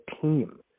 team